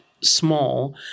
small